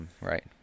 Right